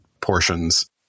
portions